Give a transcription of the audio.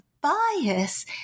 bias